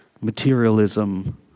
materialism